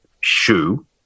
shoe